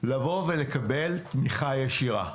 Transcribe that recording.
לבוא ולקבל תמיכה ישירה.